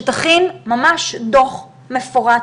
שתכין ממש דו"ח מפורט,